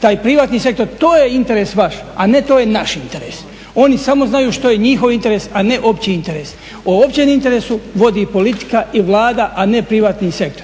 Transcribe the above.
taj privatni sektor. To je interes vaš, a ne to je naš interes. Oni samo znaju što je njihov interes, a ne opći interes. O općem interesu vodi politika i Vlada, a ne privatni sektor.